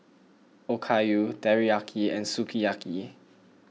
Okayu Teriyaki and Sukiyaki